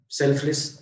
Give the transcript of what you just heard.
selfless